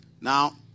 now